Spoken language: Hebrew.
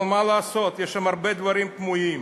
אבל מה לעשות, יש הרבה דברים תמוהים.